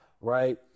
right